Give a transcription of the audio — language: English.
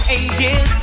ages